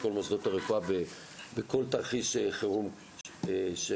כל מוסדות הרפואה בכל תרחיש חירום שיהיה.